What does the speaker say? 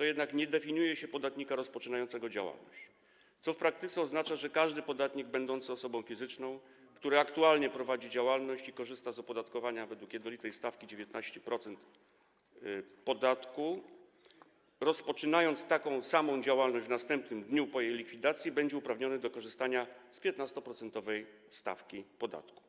jednak nie definiuje się podatnika rozpoczynającego działalność, co w praktyce oznacza, że każdy podatnik będący osobą fizyczną, który aktualnie prowadzi działalność i korzysta z opodatkowania według jednolitej stawki podatku 19%, rozpoczynając taką samą działalność w następnym dniu po jej likwidacji, będzie uprawniony do korzystania z 15-procentowej stawki podatku.